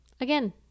again